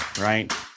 right